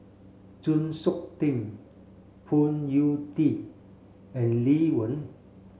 Chng Seok Tin Phoon Yew Tien and Lee Wen